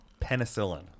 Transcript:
penicillin